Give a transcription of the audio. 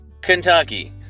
Kentucky